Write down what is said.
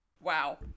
Wow